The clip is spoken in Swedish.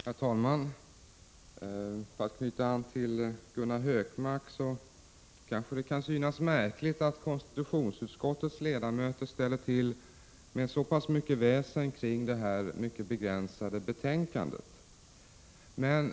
Herr talman! För att knyta an till det som Gunnar Hökmark framhöll vill 132 jag säga att det kanske kan synas märkligt att konstitutionsutskottets ledamöter ställer till så mycket väsen kring detta mycket begränsade Prot. 1985/86:100 betänkande.